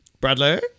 Bradley